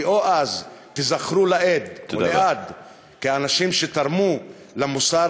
כי או אז תיזכרו לעד כאנשים שתרמו למוסר